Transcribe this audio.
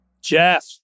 Jeff